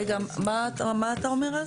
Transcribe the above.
רגע, מה אתה אומר רז?